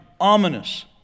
Ominous